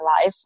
life